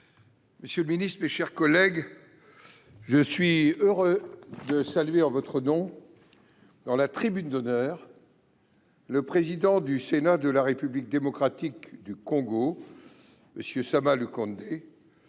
Monsieur le ministre, mes chers collègues, je suis heureux de saluer en votre nom, la présence dans la tribune d’honneur, du président du Sénat de la République démocratique du Congo, M. Sama Lukonde,